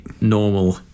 normal